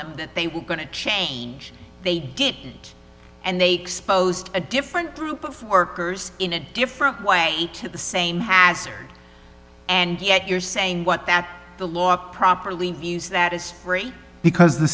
them that they were going to change they did and they exposed a different group of workers in a different way to the same hazard and yet you're saying what that the law properly used that is free because the